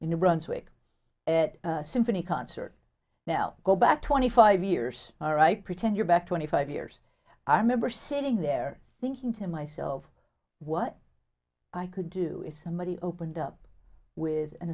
in new brunswick at symphony concert now go back twenty five years all right pretend you're back twenty five years i remember sitting there thinking to myself what i could do if somebody opened up with an